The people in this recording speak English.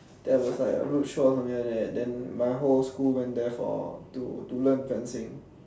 there was like a roadshow or something like then my whole school went there for to to learn fencing